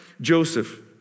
Joseph